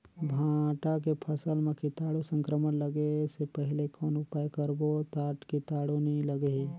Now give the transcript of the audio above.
भांटा के फसल मां कीटाणु संक्रमण लगे से पहले कौन उपाय करबो ता कीटाणु नी लगही?